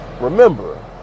Remember